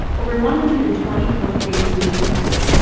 over one hundred and twenty fourth grade students attended.